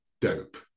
dope